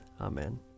Amen